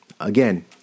Again